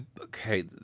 Okay